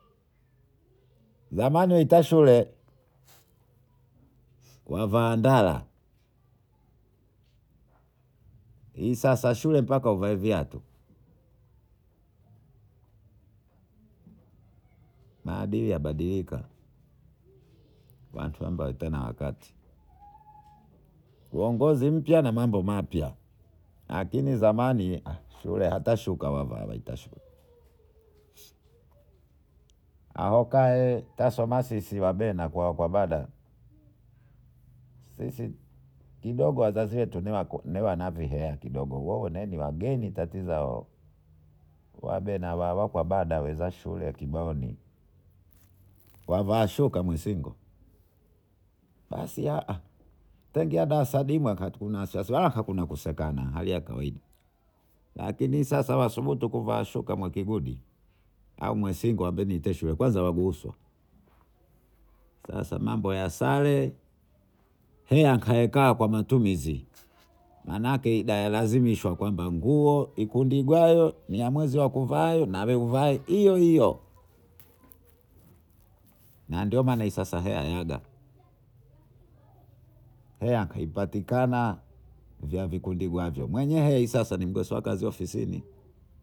Zamani waitashule wavaa ndala ihi sasa shule mbaka uvae viatu màdili yabadilika. Maboyamepitwa na wakati uongozi mpya na mambo mapya lakini zamani shule hats shuka wavaawata shule aokae twasoma sisi wabena kwawavada sisi kidogo wazazi wetu niwanakuhea kidogo woho niwageni tatizo wao wabena wawakwabada waweza shule kiboni wavaashuka mshingo basi taingia dasarimo tuna wasiwasi wala kakuna kusekanalakini sasa wasubutu kuvaashuka mwakigudi au mwashingo ambeniteshule kwanza hawakuruhusu sasa mambo ya sare heyaikae kwamatumizi manaake igawalazimishwa kwamba nguo ukundigwayo niyamwezi yakuvayo nayo uvayo hiyohiyo na ndiomana sasyaipatikana heya yaipatikana yavikundiwavyomwenye hisasa nimgosiwakazi ofisini.